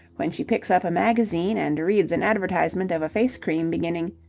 when she picks up a magazine and reads an advertisement of a face-cream beginning,